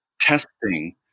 testing